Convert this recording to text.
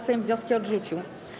Sejm wnioski odrzucił.